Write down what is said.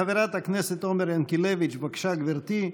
חברת הכנסת עומר ינקלביץ', בבקשה, גברתי.